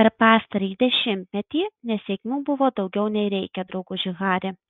per pastarąjį dešimtmetį nesėkmių buvo daugiau nei reikia drauguži hari